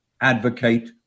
advocate